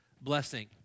blessing